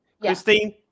Christine